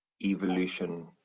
evolution